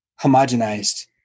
homogenized